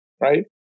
right